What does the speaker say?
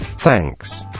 thanks.